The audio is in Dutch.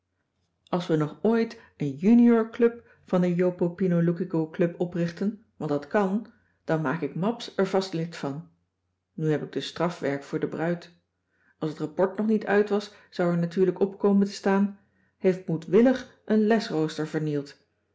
als we nog ooit een juniorclub van de jopopinoloukicoclub oprichten want dat kan dan maak ik mabs er vast lid van nu heb ik dus strafwerk voor de bruid als t rapport nog niet uit was zou er natuurlijk op komen te staan heeft moedwillig een lesrooster